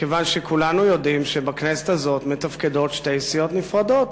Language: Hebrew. מכיוון שכולנו יודעים שבכנסת הזאת מתפקדות שתי סיעות נפרדות,